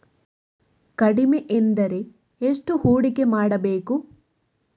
ಕಡಿಮೆ ಎಂದರೆ ಎಷ್ಟು ಹೂಡಿಕೆ ಮಾಡಬೇಕು?